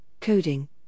coding